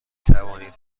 توانید